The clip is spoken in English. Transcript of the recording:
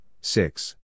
six